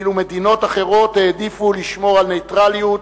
ואילו מדינות אחרות העדיפו לשמור על נייטרליות,